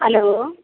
hello